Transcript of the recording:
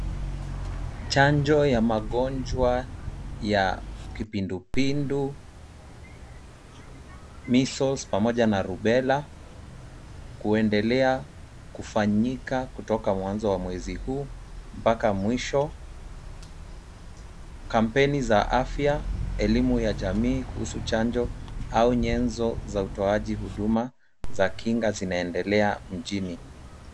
Chanjo ya magonjwa ya kipindupindu, Measles pamoja na rubella kuendelea kufanyika kutoka mwanzo wa mwezi huu mpaka mwisho. Kampeni za afya, elimu ya jamii kuhusu chanjo au nyenzo za utoaji huduma za kinga zinaendelea mjini.